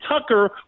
Tucker